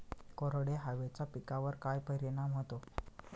कोरड्या हवेचा पिकावर काय परिणाम होतो?